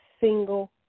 single